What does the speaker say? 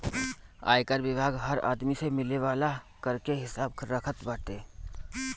आयकर विभाग हर आदमी से मिले वाला कर के हिसाब रखत बाटे